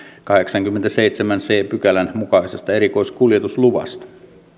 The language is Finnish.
kahdeksannenkymmenennenseitsemännen c pykälän mukaisesta erikoiskuljetusluvasta